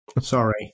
Sorry